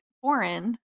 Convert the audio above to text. foreign